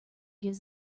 gives